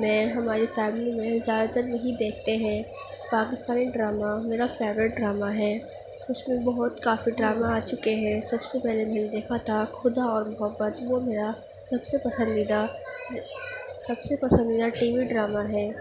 میں ہماری فیملی میں زیادہ تر یہی دیکھتے ہیں پاکستانی ڈرامہ میرا فیوریٹ ڈرامہ ہے اس میں بہت کافی ڈرامہ آ چکے ہیں سب سے پہلے میں نے دیکھا تھا خدا اور محبت وہ میرا سب سے پسندیدہ سب سے پسندیدہ ٹی وی ڈرامہ ہے